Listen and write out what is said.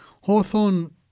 Hawthorne